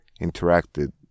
interacted